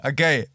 Okay